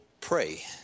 pray